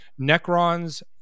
Necrons